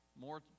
more